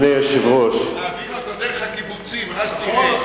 נעביר אותו דרך הקיבוצים ואז תראה.